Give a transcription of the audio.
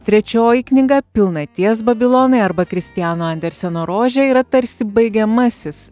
trečioji knyga pilnaties babilonai arba kristiano anderseno rožė yra tarsi baigiamasis